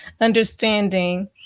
understanding